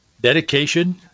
dedication